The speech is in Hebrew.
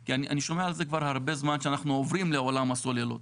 כי אני שומע על זה כבר הרבה זמן שאנחנו עוברים לעולם הסוללות.